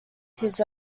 his